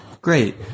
Great